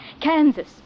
Kansas